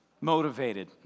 motivated